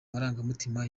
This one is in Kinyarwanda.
marangamutima